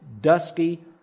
dusky